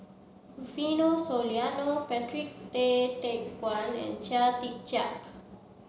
Rufino Soliano Patrick Tay Teck Guan and Chia Tee Chiak